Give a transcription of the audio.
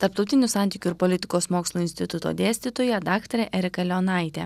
tarptautinių santykių ir politikos mokslų instituto dėstytoja daktarė erika leonaitė